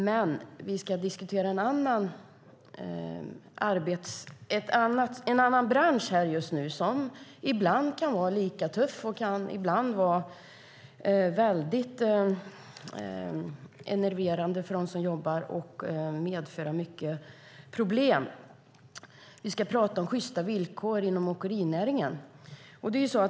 Men vi ska diskutera en annan bransch, som ibland kan vara lika tuff, enerverande och medföra problem för dem som jobbar. Vi ska prata om sjysta villkor inom åkerinäringen.